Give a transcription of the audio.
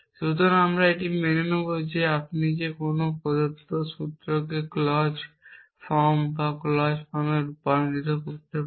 সুতরাং আমি এটা মেনে নেব যে আপনি যে কোনো প্রদত্ত সূত্রকে ক্লজ ফর্ম ক্লজ ফর্মে রূপান্তর করতে পারেন